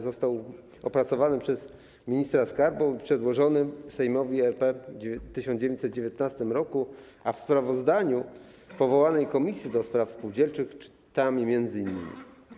Został opracowany przez ministra skarbu i przedłożony Sejmowi RP w 1919 r., a w sprawozdaniu powołanej komisji do spraw spółdzielczych czytamy m.in.